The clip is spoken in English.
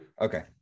Okay